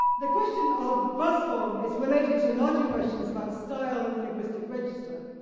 the question of verse form is related to larger questions about style and linguistic register.